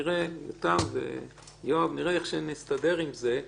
נראה, יותם ויואב, נראה איך שנסתדר עם זה.